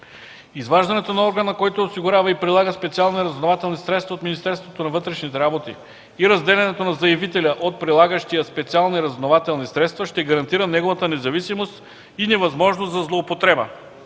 Изваждането на органа, който осигурява и прилага специални разузнавателни средства, от Министерството на вътрешните работи и разделянето на заявителя от прилагащия специални разузнавателни средства ще гарантира неговата независимост и невъзможност за злоупотреба.